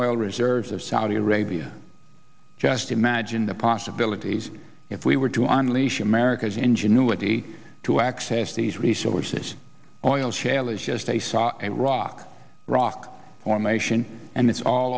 oil reserves of saudi arabia just imagine the possibilities if we were to unleash america's ingenuity to access these resources boyles shale is just a saw a rock rock formation and it's